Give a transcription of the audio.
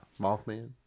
Mothman